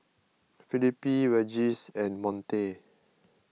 Felipe Regis and Monte